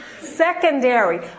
Secondary